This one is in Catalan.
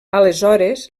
aleshores